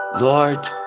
lord